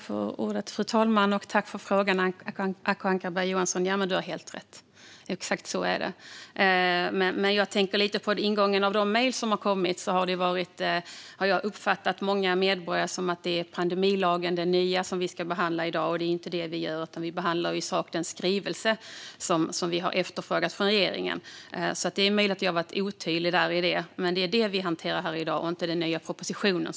Fru talman! Tack för frågan, Acko Ankarberg Johansson! Du har helt rätt, exakt så är det. Jag tänker på ingången i de mejl som har kommit, där jag uppfattat många medborgare så att det är den nya pandemilagen som vi ska behandla i dag. Men det är ju inte det vi gör, utan vi behandlar i sak den skrivelse som vi har efterfrågat från regeringen. Det är möjligt att jag har varit otydlig där. Det är alltså detta vi hanterar här i dag, inte den nya propositionen.